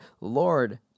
Lord